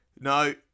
No